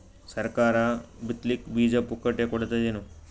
ಸರಕಾರ ಬಿತ್ ಲಿಕ್ಕೆ ಬೀಜ ಪುಕ್ಕಟೆ ಕೊಡತದೇನು?